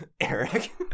Eric